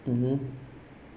mmhmm